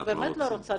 אני באמת לא רוצה,